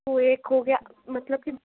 तो एक हो गया मतलब कि